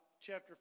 chapter